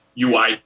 UI